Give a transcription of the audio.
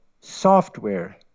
software